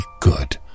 good